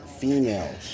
females